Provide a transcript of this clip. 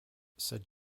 said